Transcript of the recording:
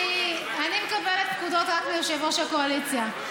מקבלת פקודות רק מיושב-ראש הקואליציה.